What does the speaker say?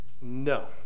no